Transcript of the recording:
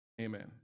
Amen